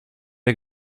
que